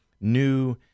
new